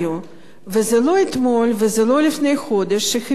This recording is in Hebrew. וזה לא אתמול וזה לא לפני חודש שהבינו את זה.